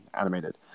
animated